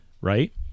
right